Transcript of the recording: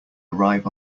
arrive